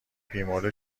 بیمورد